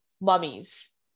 mummies